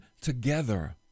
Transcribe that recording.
together